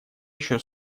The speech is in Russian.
еще